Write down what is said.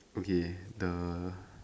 okay the